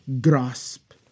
grasp